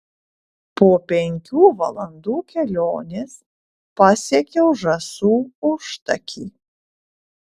po penkių valandų kelionės pasiekiau žąsų užtakį